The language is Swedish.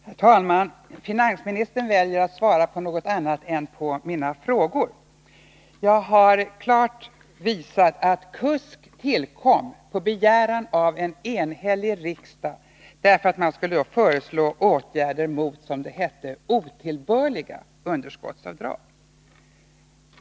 Herr talman! Finansministern väljer att svara på något annat än på mina frågor. Jag har klart visat att KUSK tillkom på begäran av en enhällig riksdag, i avsikt att föreslå åtgärder mot som det hette otillbörliga underskottsavdrag.